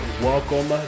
welcome